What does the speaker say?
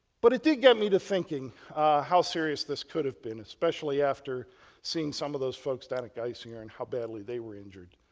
but it did get me to thinking how serious this could have been especially after seeing some of those folks down at geisinger and how badly they were injured.